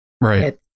Right